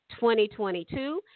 2022